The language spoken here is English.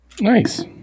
Nice